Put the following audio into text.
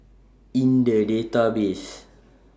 in The Database